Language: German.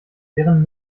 wären